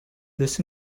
this